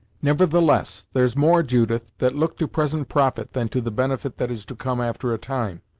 nevertheless, there's more, judith, that look to present profit than to the benefit that is to come after a time.